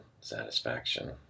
satisfaction